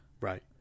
right